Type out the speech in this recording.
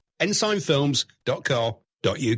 ensignfilms.co.uk